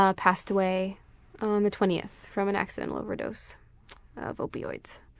ah passed away on the twentieth from an accidental overdose of opioids.